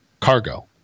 cargo